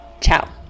ciao